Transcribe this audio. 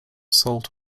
sold